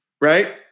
right